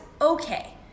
okay